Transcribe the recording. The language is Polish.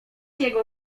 jego